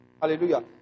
Hallelujah